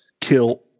Kill